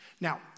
Now